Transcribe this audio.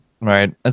right